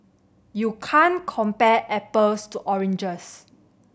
you can't compare apples to oranges